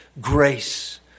grace